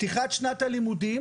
פתיחת שנת הלימודים